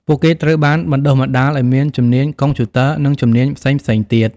ពួកគេត្រូវបានបណ្តុះបណ្តាលឱ្យមានជំនាញកុំព្យូទ័រ និងជំនាញផ្សេងៗទៀត។